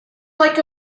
like